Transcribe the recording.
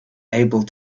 able